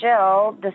Jill